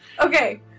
okay